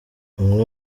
umwe